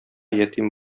ятим